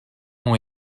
ont